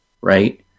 right